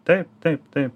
taip taip taip